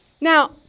Now